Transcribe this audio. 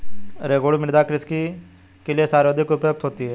रेगुड़ मृदा किसकी कृषि के लिए सर्वाधिक उपयुक्त होती है?